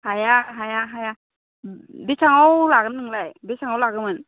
हाया हाया हाया ओम बिसांआव लागोन नोंलाय बेसांआव लागौमोन